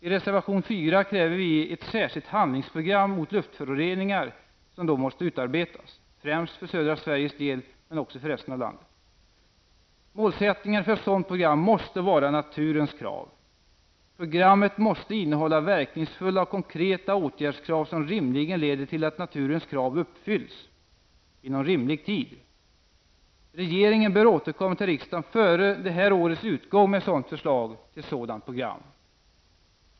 I reservation 4 kräver vi att ett särskilt handlingsprogram mot luftföroreningar då måste utarbetas -- främst för södra Sveriges del men också resten av landet. Målsättningarna för ett sådant program måste vara naturens krav. Programmet måste innehålla verkningsfulla och konkreta åtgärdskrav som rimligen leder till att naturens krav uppfylls inom rimlig tid. Regeringen bör återkomma till riksdagen före årets utgång med ett förslag till sådant program.